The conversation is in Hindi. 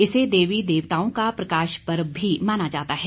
इसे देवी देवताओं का प्रकाश पर्व भी माना जाता है